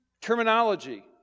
terminology